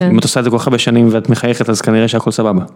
אם את עושה את זה כל כך הרבה שנים ואת מחייכת אז כנראה שהכל סבבה.